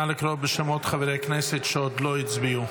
נא לקרוא בשמות חברי כנסת שעוד לא הצביעו.